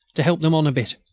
to help them on a bit.